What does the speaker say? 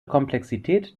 komplexität